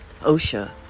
OSHA